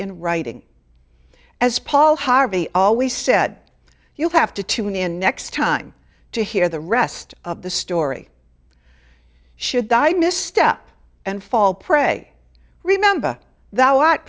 in writing as paul harvey always said you have to tune in next time to hear the rest of the story should die misstep and fall pray remember that